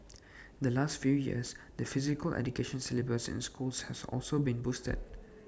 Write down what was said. the last few years the physical education syllabus in schools has also been boosted